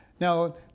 Now